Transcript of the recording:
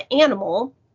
animal